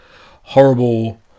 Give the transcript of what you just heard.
horrible